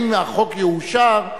אם החוק יאושר,